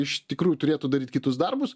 iš tikrųjų turėtų daryt kitus darbus